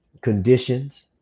conditions